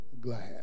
glad